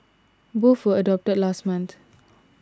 both were adopted last month